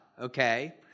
Okay